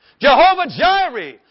Jehovah-Jireh